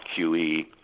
QE